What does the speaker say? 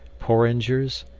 porringers,